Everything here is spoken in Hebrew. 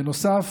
בנוסף,